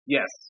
Yes